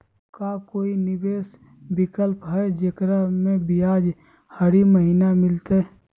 का कोई निवेस विकल्प हई, जेकरा में ब्याज हरी महीने मिलतई?